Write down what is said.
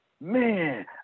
man